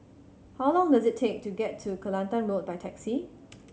how long does it take to get to Kelantan Road by taxi